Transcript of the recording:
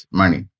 money